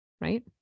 right